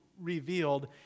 revealed